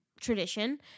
tradition